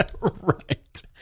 Right